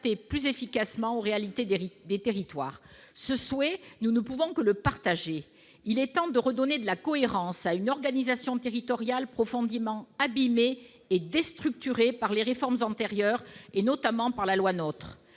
plus efficacement aux réalités des territoires. Ce souhait, nous ne pouvons que le partager. Il est temps de redonner de la cohérence à une organisation territoriale profondément abîmée et déstructurée par les réformes antérieures, notamment par la loi NOTRe.